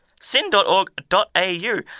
Sin.org.au